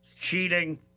Cheating